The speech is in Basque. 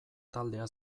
taldea